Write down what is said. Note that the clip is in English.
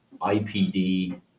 IPD